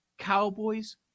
Cowboys